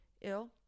ill